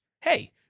Hey